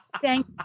Thank